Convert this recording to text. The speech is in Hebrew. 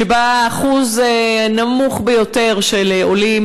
שבה שיעור נמוך ביותר של עולים,